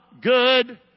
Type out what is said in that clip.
good